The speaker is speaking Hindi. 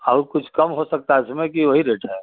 और कुछ कम हो सकता इसमें कि वही रेट है